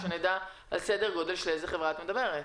שנדע על סדר-גודל של איזו חברה את מדברת.